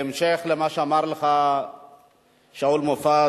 בהמשך למה שאמר לך שאול מופז,